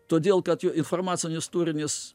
todėl kad jo informacinis tūrinis